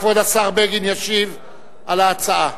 כבוד השר בגין ישיב על ההצעה.